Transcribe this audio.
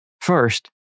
First